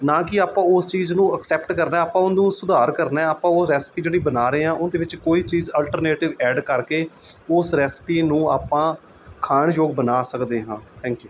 ਨਾ ਕਿ ਆਪਾਂ ਉਸ ਚੀਜ਼ ਨੂੰ ਐਕਸੈਪਟ ਕਰਨਾ ਆਪਾਂ ਉਹਨੂੰ ਸੁਧਾਰ ਕਰਨਾ ਆਪਾਂ ਉਹ ਰੈਸਪੀ ਜਿਹੜੀ ਬਣਾ ਰਹੇ ਹਾਂ ਉਹਦੇ ਵਿੱਚ ਕੋਈ ਚੀਜ਼ ਅਲਟਰਨੇਟਿਵ ਐਡ ਕਰਕੇ ਉਸ ਰੈਸਪੀ ਨੂੰ ਆਪਾਂ ਖਾਣਯੋਗ ਬਣਾ ਸਕਦੇ ਹਾਂ ਥੈਂਕ ਯੂ